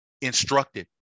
instructed